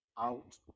out